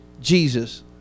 Jesus